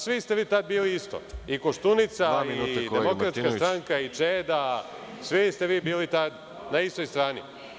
Svi ste vi tad bili isto, i Koštunica i Demokratska stranka i Čeda, svi ste vi bili tad na istoj strani.